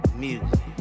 music